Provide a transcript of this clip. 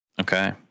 okay